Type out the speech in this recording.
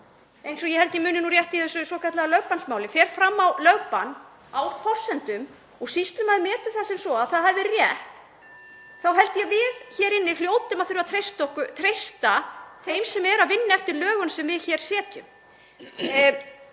eins og ég held að ég muni nú rétt í þessu svokallaða lögbannsmáli, fer fram á lögbann á forsendum og sýslumaður metur það sem svo að það hafi verið rétt, þá held ég að við hér inni hljótum að þurfa að treysta þeim sem eru að vinna eftir lögunum sem við hér setjum.“